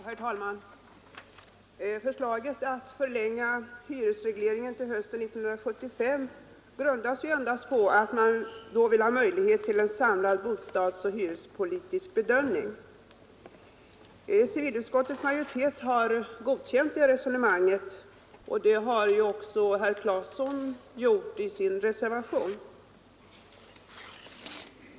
Herr talman! Förslaget att förlänga hyresregleringen till hösten 1975 grundas endast på att man då vill ha möjlighet till en samlad bostadsoch hyrespolitisk bedömning. Civilutskottets majoritet har godkänt det resonemanget, och det har också herr Claeson gjort i sin reservation.